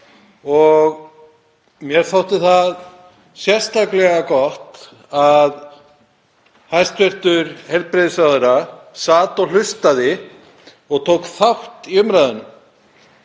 og mér þótti það sérstaklega gott að hæstv. heilbrigðisráðherra sat og hlustaði og tók þátt í umræðunni.